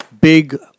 Big